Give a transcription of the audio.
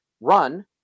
run